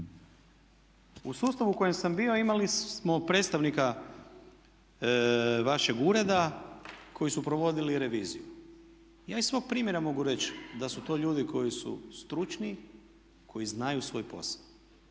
U sustavu u kojem sam bio imali smo predstavnika vašeg ureda koji su provodili reviziju. Ja iz svog primjera mogu reći da su to ljudi koji su stručni, koji znaju svoj posao,